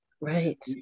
Right